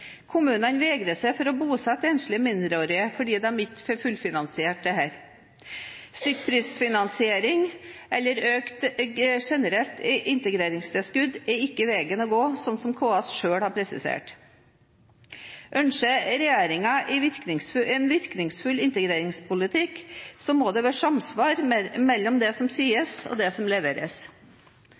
Kommunene vegrer seg for å bosette enslige mindreårige fordi de ikke får fullfinansiert dette. Stykkprisfinansiering eller økt integreringstilskudd generelt er ikke veien å gå, som KS selv har presisert. Ønsker regjeringen en virkningsfull integreringspolitikk, må det være samsvar mellom det som sies, og det som leveres.